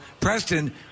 Preston